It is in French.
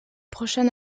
prochain